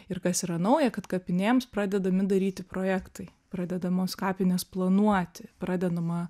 ir kas yra nauja kad kapinėms pradedami daryti projektai pradedamos kapinės planuoti pradedama